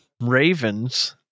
Ravens